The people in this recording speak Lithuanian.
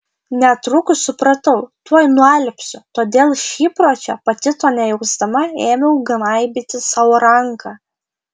netrukus supratau tuoj nualpsiu todėl iš įpročio pati to nejausdama ėmiau gnaibyti sau ranką